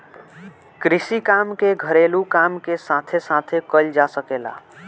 कृषि काम के घरेलू काम के साथे साथे कईल जा सकेला